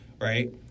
right